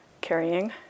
carrying